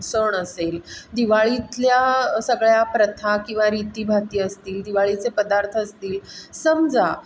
सण असेल दिवाळीतल्या सगळ्या प्रथा किंवा रीतीभाती असतील दिवाळीचे पदार्थ असतील समजा